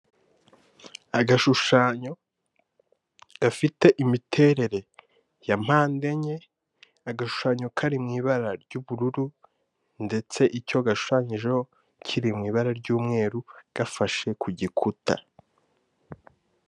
Agashushanyo gafite imiterere ya mpande enye, agashuyo kari mu ibara ry'ubururu, ndetse icyo gashushanyijeho kiri mu ibara ry'umweru gafashe ku gikuta.